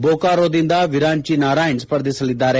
ಬೊಕಾರೋ ದಿಂದ ವಿರಾಂಚಿ ನಾರಾಯಣ್ ಸ್ಸ ರ್ಧಿಸಲಿದ್ದಾರೆ